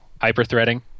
Hyper-threading